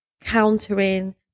countering